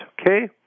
Okay